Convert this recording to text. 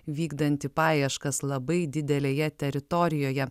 vykdanti paieškas labai didelėje teritorijoje